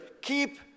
Keep